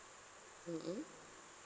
mm mm